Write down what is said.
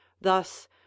Thus